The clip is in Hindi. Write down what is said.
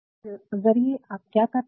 तो चित्रण के ज़रिये आप क्या करते है